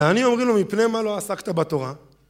ואני אומרים לו מפני מה לא עסקת בתורה?